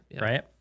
right